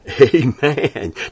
Amen